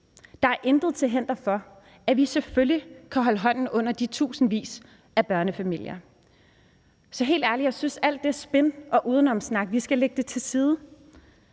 Der er intet til hinder for, at vi selvfølgelig kan holde hånden under de tusindvis af børnefamilier. Så helt ærligt synes jeg, at vi skal lægge alt det